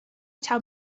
taw